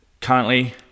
Currently